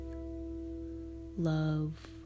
Love